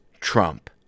Trump